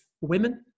Women